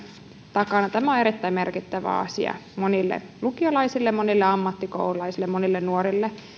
takana tämä on erittäin merkittävä asia monille lukiolaisille monille ammattikoululaisille monille nuorille